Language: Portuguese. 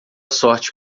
sorte